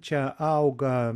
čia auga